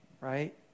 right